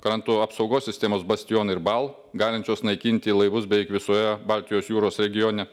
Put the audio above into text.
kranto apsaugos sistemos bastion ir bal galinčios naikinti laivus beveik visoje baltijos jūros regione